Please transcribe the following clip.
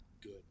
good